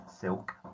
silk